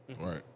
Right